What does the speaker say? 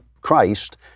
Christ